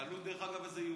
תלוי, דרך אגב, איזה יהודי.